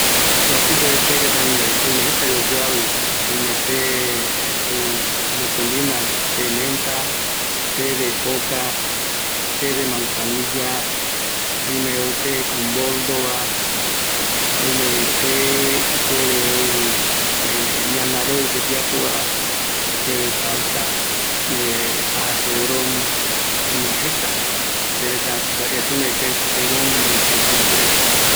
Oime jetavi oyoavi, te de manzanilla, te de coca, te de menta, te con boldo, sedron, viravira…